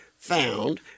found